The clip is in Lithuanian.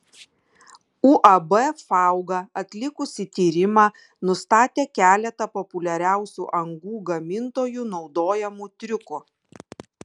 uab fauga atlikusi tyrimą nustatė keletą populiariausių angų gamintojų naudojamų triukų